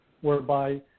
whereby